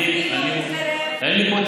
תפעילו את קרב?